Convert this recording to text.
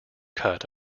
cut